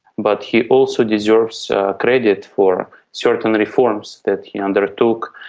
but he also deserves credit for certain reforms that he undertook,